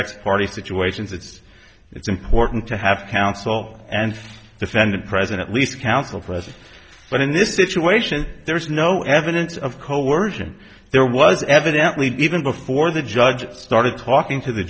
eck party situations it's it's important to have counsel and defendant present at least counsel present but in this situation there is no evidence of coercion there was evidently even before the judge started talking to the